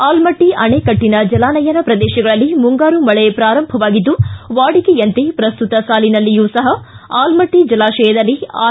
ಆಲಮಟ್ಟ ಅಣೆಕಟ್ಟನ ಜಲಾನಯನ ಪ್ರದೇಶಗಳಲ್ಲಿ ಮುಂಗಾರು ಮಳೆ ಪ್ರಾರಂಭವಾಗಿದ್ದು ವಾಡಿಕೆಯಂತೆ ಪ್ರಸ್ತುತ ಸಾಲಿನಲ್ಲಿಯೂ ಸಹ ಆಲಮಟ್ಟ ಜಲಾಶಯದಲ್ಲಿ ಆರ್